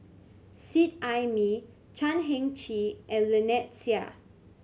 Seet Ai Mee Chan Heng Chee and Lynnette Seah